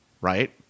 right